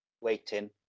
waiting